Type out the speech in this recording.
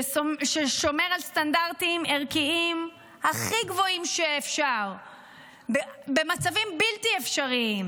ששומר על סטנדרטים ערכיים הכי גבוהים שאפשר במצבים בלתי אפשריים,